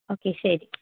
okay ശരി